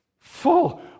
Full